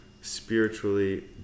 spiritually